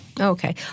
Okay